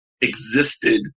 existed